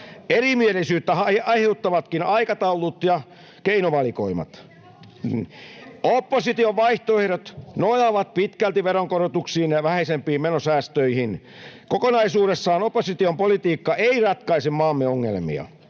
Emme halua kyykyttää köyhiä!] Opposition vaihtoehdot nojaavat pitkälti veronkorotuksiin ja vähäisempiin menosäästöihin. Kokonaisuudessaan opposition politiikka ei ratkaise maamme ongelmia,